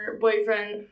boyfriend